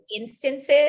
instances